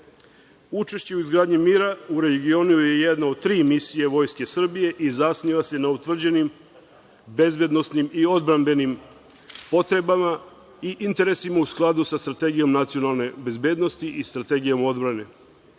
prava. Učešće u izgradnji mira u regionu je jedna od tri misije Vojske Srbije i zasniva se na utvrđenim bezbednosnim i odbrambenim potrebama i interesima u skladu sa Strategijom nacionalnosti bezbednosti i Strategijom odbrane.